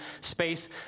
space